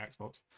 xbox